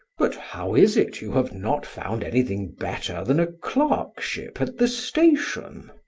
but how is it you have not found anything better than a clerkship at the station?